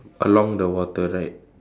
along the water right